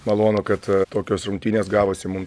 malonu kad tokios rungtynės gavosi mum